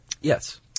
Yes